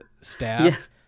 staff